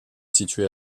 située